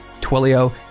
Twilio